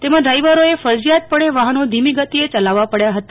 તેમજ ડ્રાઈવરોએ ફરજીયાતપણ વાફનો ધીમી ગતિએ ચલાવવા પડ્યા હતા